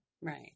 Right